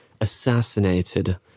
assassinated